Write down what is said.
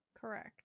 Correct